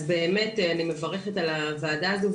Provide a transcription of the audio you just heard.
אז באמת אני מברכת על הוועדה הזאת,